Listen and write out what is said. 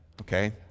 okay